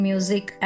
Music